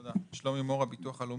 תודה, שלומי מור מהביטוח הלאומי.